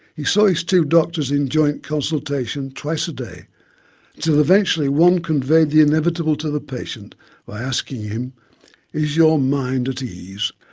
he saw his two doctors in joint consultation twice a day until eventually one conveyed the inevitable to the patient by asking him is your mind at ease?